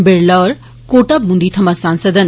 बिरला होर कोटा बूंदी थमां सांसद न